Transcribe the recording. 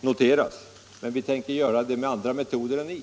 noteras, men vi tänker göra det med andra metoder än ni.